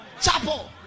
Chapel